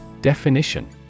Definition